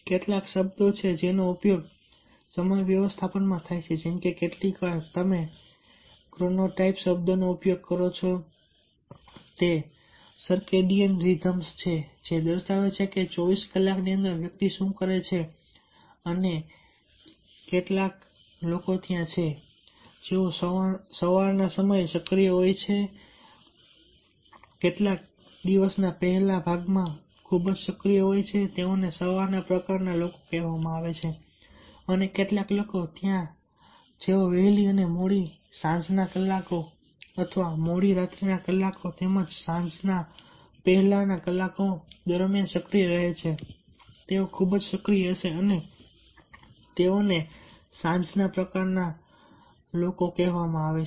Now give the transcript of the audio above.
કેટલાક શબ્દો છે જેનો ઉપયોગ સમય વ્યવસ્થાપનમાં થાય છે જેમ કે કેટલીકવાર તમે ક્રોનોટાઇપ શબ્દનો ઉપયોગ કરો છો તે સર્કેડિયન રિધમ્સ છે જે દર્શાવે છે કે 24 કલાકની અંદર વ્યક્તિ શું કરે છે અને કેટલાક લોકો ત્યાં છે જેઓ સવારના સમયે સક્રિય હોય છે દિવસના પહેલા ભાગમાં તેઓ ખૂબ જ સક્રિય હોય છે તેઓને સવારના પ્રકારના લોકો કહેવામાં આવે છે અને કેટલાક લોકો ત્યાં જેઓ વહેલી અને મોડી સાંજના કલાકો મોડી રાત્રિના કલાકો તેમજ સાંજના વહેલા કલાકો દરમિયાન સક્રિય રહે છે તેઓ ખૂબ જ સક્રિય હશે અને તેઓને સાંજના પ્રકારના લોકો કહેવામાં આવે છે